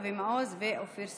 אבי מעוז ואופיר סופר.